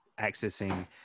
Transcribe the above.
accessing